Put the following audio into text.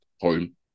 home